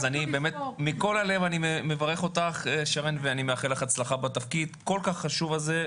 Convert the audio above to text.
אני מברך אותך מכל הלב ומאחל לך הצלחה בתפקיד הכול-כך חשוב הזה,